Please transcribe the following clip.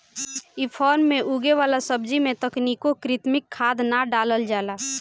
इ फार्म में उगे वाला सब्जी में तनिको कृत्रिम खाद ना डालल जाला